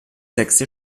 sechste